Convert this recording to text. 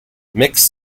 mixed